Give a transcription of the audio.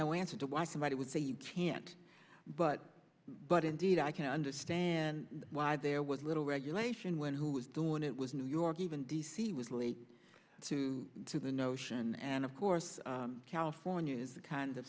no answer to why somebody would say you can't but but indeed i can understand why there was little regulation when who was doing it was new york even d c was late to the notion and of course california is a kind of